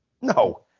No